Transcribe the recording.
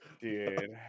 dude